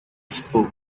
spoke